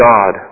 God